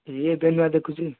ଏ ଏବେ ନୂଆ ଦେଖୁଛି